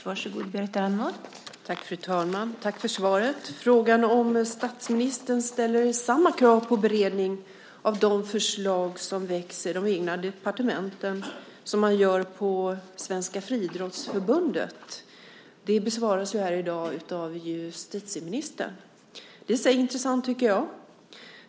Fru talman! Jag tackar för svaret. Frågan om statsministern ställer samma krav på beredning av de förslag som väcks i de egna departementen som man ställer på Svenska Friidrottsförbundet besvaras här i dag av justitieministern. Det är i sig intressant, tycker jag.